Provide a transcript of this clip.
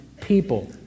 people